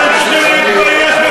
אתה פאשיסט.